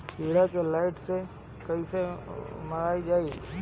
कीड़ा के लाइट से कैसे मारल जाई?